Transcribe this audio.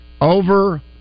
over